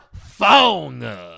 phone